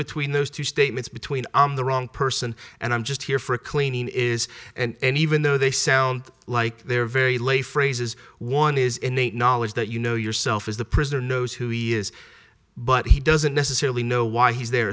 between those two statements between the wrong person and i'm just here for a cleaning is and even though they sound like they're very late phrases one is innate knowledge that you know yourself is the prisoner knows who he is but he doesn't necessarily know why he's there